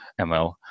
ML